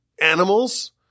animals